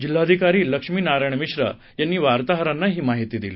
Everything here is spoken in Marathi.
जिल्हाधिकारी लक्ष्मी नारायण मिश्रा यांनी वार्ताहरांना ही माहिती दिली